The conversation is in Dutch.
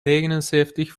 negenenzeventig